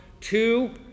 Two